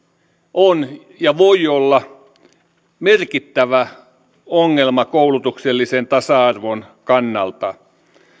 on ja voi olla merkittävä ongelma koulutuksellisen tasa arvon kannalta